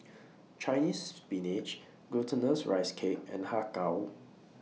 Chinese Spinach Glutinous Rice Cake and Har Kow